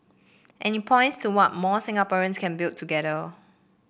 and it points to what more Singaporeans can build together